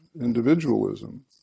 individualism